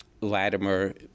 Latimer